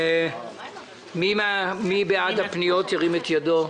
מי בעד הפניות, ירים את ידו.